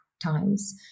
times